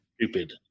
stupid